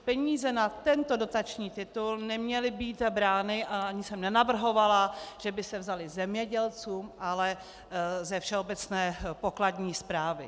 Peníze na tento dotační titul neměly být brány a ani jsem nenavrhovala, že by se vzaly zemědělcům, ale ze všeobecné pokladní správy.